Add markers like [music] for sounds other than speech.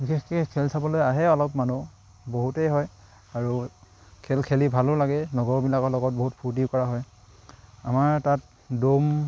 বিশেষকে খেল চাবলৈ আহে অলপ মানুহ বহুতেই হয় আৰু খেল খেলি ভালো লাগে লগৰবিলাকৰ লগত বহুত ফূৰ্তি কৰা হয় আমাৰ তাত [unintelligible]